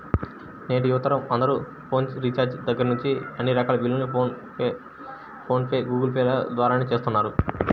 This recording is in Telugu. నేటి యువతరం అందరూ ఫోన్ రీఛార్జి దగ్గర్నుంచి అన్ని రకాల బిల్లుల్ని ఫోన్ పే, గూగుల్ పే ల ద్వారానే చేస్తున్నారు